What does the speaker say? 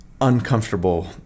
uncomfortable